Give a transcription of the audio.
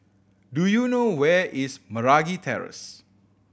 do you know where is Meragi Terrace